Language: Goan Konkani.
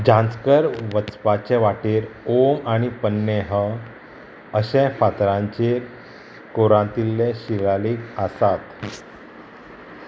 जांचकर वचपाचे वाटेर ओम आनी पन्नेह अशें फातरांचेर कोरांतिल्ले शिलालेख आसात